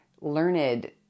learned